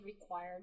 required